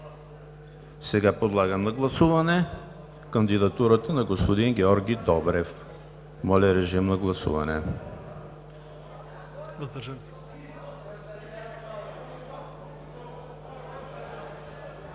Сега подлагам на гласуване кандидатурата на господин Георги Добрев. Гласували